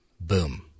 Boom